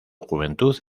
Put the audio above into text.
juventud